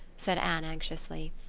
said anne anxiously.